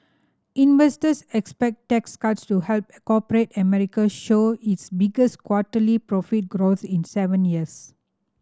investors expect tax cuts to help corporate America show its biggest quarterly profit growth in seven years